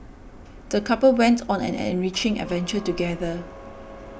the couple went on an enriching adventure together